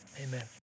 Amen